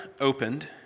opened